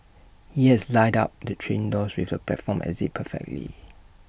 he has lined up the train doors with the platform exit perfectly